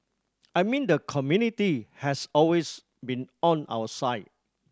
I mean the community has always been on our side